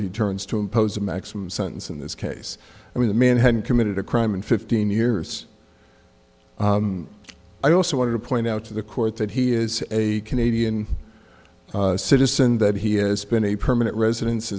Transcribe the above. de turns to impose a maximum sentence in this case i mean the man hadn't committed a crime in fifteen years i also want to point out to the court that he is a canadian citizen that he has been a permanent resident